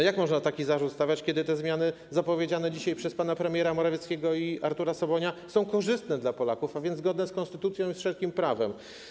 Jak można stawiać taki zarzut, kiedy te zmiany, zapowiedziane dzisiaj przez pana premiera Morawieckiego i Artura Sobonia, są korzystne dla Polaków, zgodne z konstytucją i wszelkim prawem.